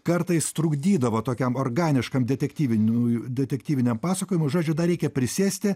kartais trukdydavo tokiam organiškam detektyvinių detektyviniam pasakojimui žodžiu dar reikia prisėsti